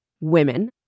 women